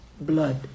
blood